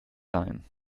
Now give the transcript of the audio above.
sein